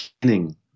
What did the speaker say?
beginning